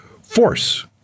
force